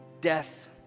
death